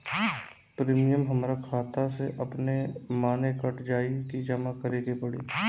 Premium हमरा खाता से अपने माने कट जाई की जमा करे के पड़ी?